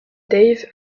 dave